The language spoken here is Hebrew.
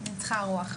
ניצחה הרוח.